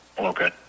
Okay